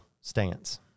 stance